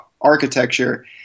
architecture